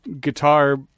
guitar